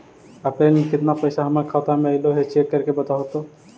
अप्रैल में केतना पैसा हमर खाता पर अएलो है चेक कर के बताहू तो?